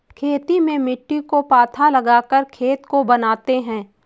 खेती में मिट्टी को पाथा लगाकर खेत को बनाते हैं?